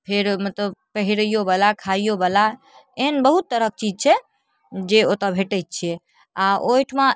फेर मतलब पहिरैओवला खाइओवला एहन बहुत तरहके चीज छै जे ओतऽ भेटै छै आओर ओहिठाम